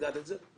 ידעת את זה?